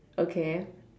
okay